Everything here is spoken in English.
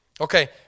Okay